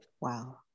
Wow